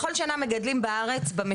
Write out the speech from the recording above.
עכשיו אני אומר לך.